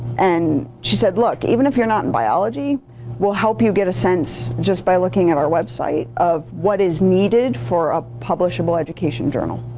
and she said, look, even if you're not in biology we'll help you get a sense just by looking at our website of what is needed for a publishable education journal.